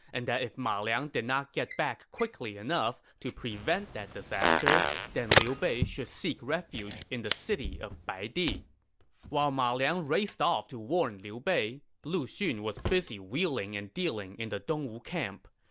and that if ma liang did not get back quickly enough to prevent the disaster, then liu bei should seek refuge in the city of baidi while ma liang raced off to warn liu bei, lu xun was busy wheeling and dealing in the dongwu camp.